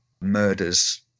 murders